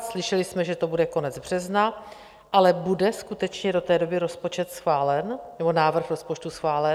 Slyšeli jsme, že to bude konec března, ale bude skutečně do té doby rozpočet schválen, nebo návrh rozpočtu schválen?